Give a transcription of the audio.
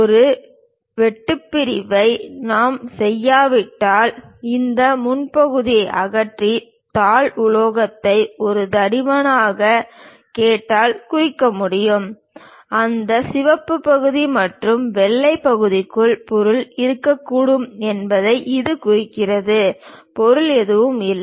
ஒரு வெட்டுப் பிரிவை நாம் செய்யாவிட்டால் இந்த முதல் பகுதியை அகற்றி தாள் உலோகத்தை ஒரு தடிமனான கோட்டால் குறிக்க முடியும் அந்த சிவப்பு பகுதி மற்றும் வெள்ளை பகுதிக்குள் பொருள் இருக்கக்கூடும் என்பதை இது குறிக்கிறது பொருள் எதுவும் இல்லை